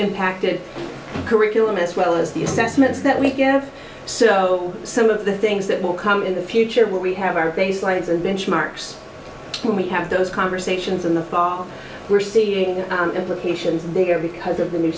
impacted curriculum as well as the assessments that we give so some of the things that will come in the future will we have our baselines and benchmarks when we have those conversations in the fall we're seeing implications there because of the new